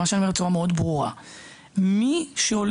מה שאני אומר בצורה מאוד ברורה זה שמי שהולך